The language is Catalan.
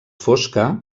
fosca